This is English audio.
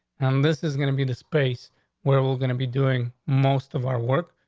and this is gonna be the space where we're gonna be doing most of our work.